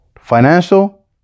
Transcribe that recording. Financial